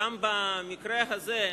גם במקרה הזה,